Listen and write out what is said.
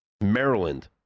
Maryland